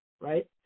right